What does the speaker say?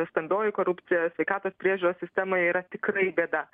stambioji korupcija sveikatos priežiūros sistemoj yra tikrai bėda